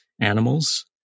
animals